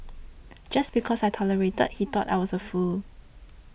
just because I tolerated he thought I was a fool